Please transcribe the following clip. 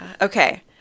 Okay